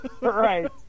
Right